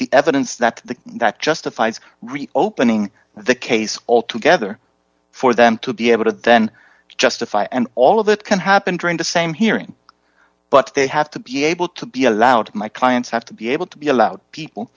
the evidence that the that justifies reopening the case all together for them to be able to then justify and all of that can happen during the same hearing but they have to be able to be allowed my clients have to be able to be allowed people